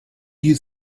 you